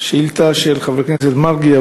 השאילתה היא של חבר הכנסת מרגי,